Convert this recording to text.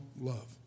love